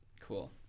cool